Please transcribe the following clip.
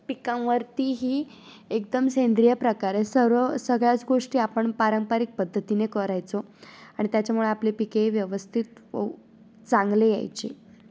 पिकांवरती ही एकदम सेंद्रिय प्रकारे सर्व सगळ्याच गोष्टी आपण पारंपारिक पद्धतीने करायचो आणि त्याच्यामुळे आपले पिके व्यवस्थित व चांगले यायचे